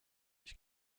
ich